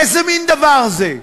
איזה מין דבר זה?